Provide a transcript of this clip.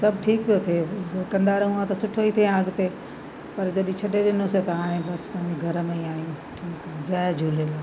सभु ठीकु पियो थिए कंदा रहूं आ त सुठो ई थिए आ अॻिते पर जॾहिं छॾे ॾिनियोसि त हाणे बसि पंहिंजे घर में ई आहियूं ठीकु आहे जय झूलेलाल